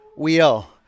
wheel